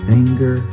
anger